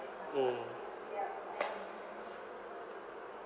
mm